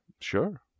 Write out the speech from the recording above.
Sure